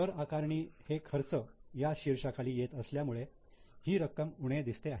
कर आकारणी हे 'खर्च' या शिर्षाखाली येत असल्यामुळे ही रक्कम उणे दिसते आहे